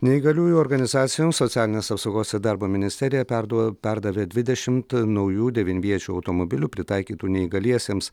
neįgaliųjų organizacijoms socialinės apsaugos ir darbo ministerija perduo perdavė dvidešimt naujų devinviečių automobilių pritaikytų neįgaliesiems